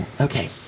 Okay